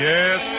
Yes